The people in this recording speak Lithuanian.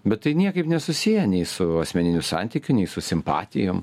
bet tai niekaip nesusiję nei su asmeniniu santykiu nei su simpatijom